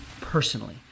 personally